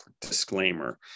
disclaimer